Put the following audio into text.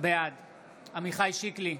בעד עמיחי שיקלי,